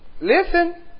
Listen